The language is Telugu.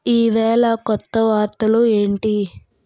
ఈవేళ కొత్త వార్తలు ఏంటి